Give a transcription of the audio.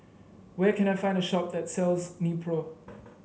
where can I find a shop that sells Nepro